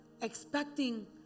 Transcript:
expecting